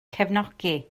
cefnogi